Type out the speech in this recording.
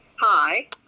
Hi